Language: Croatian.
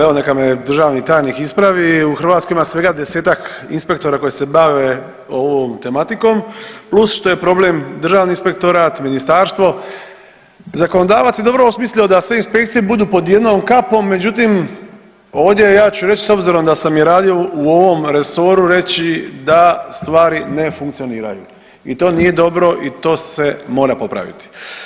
Evo, neka me državni tajnik ispravi, u Hrvatskoj ima svega desetak inspektora koji se bave ovom tematikom, plus što je problem Državni inspektorat, ministarstvo, zakonodavac je dobro osmislio da sve inspekcije budu pod jednom kapom, međutim, ovdje, ja ću reći s obzirom da sam i radio u ovom resoru reći da stvari ne funkcioniraju i to nije dobro i to se mora popraviti.